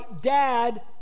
dad